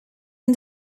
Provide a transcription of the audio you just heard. and